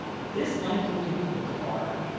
this length will be equal to r,